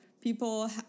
people